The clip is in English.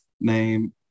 name